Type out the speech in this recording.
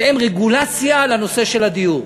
שהם רגולציה לנושא של הדיור.